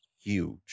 huge